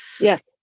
Yes